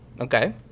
Okay